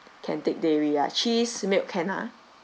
can take dairy ah cheese milk can ah